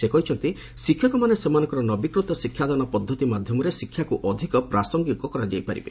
ସେ କହିଛନ୍ତି ଶିକ୍ଷକମାନେ ସେମାନଙ୍କର ନବୀକୃତ ଶିକ୍ଷାଦାନ ପଦ୍ଧତି ମାଧ୍ୟମରେ ଶିକ୍ଷାକୁ ଅଧିକ ପ୍ରାସଙ୍ଗିକ କରାଇପାରିବେ